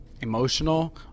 emotional